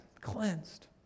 cleansed